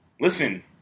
Listen